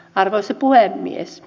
arvoisa puhemies